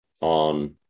on